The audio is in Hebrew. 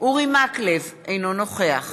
אורי מקלב, אינו נוכח